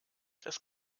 das